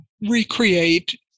recreate